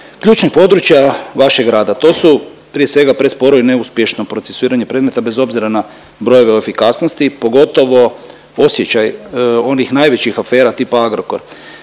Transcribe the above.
ključnih područja vašeg rada, to su prije svega presporo i neuspješno procesuiranje predmeta bez obzira na brojeve efikasnosti, pogotovo osjećaj onih najvećih afera tipa Agrokor.